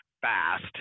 fast